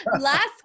Last